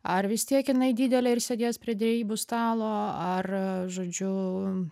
ar vis tiek jinai didelė ir sėdės prie derybų stalo ar žodžiu